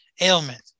ailment